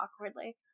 awkwardly